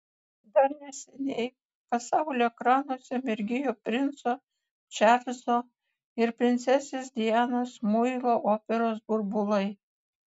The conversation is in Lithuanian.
dar neseniai pasaulio ekranuose mirgėjo princo čarlzo ir princesės dianos muilo operos burbulai